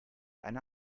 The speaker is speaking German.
einer